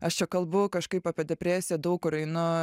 aš čia kalbu kažkaip apie depresiją daug kur einu